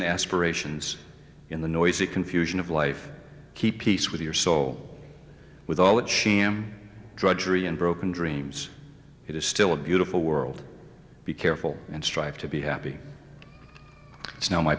and aspirations in the noisy confusion of life keep peace with your soul with all that sham drudgery and broken dreams it is still a beautiful world be careful and strive to be happy it's now my